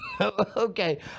Okay